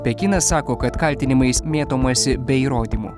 pekinas sako kad kaltinimais mėtomasi be įrodymų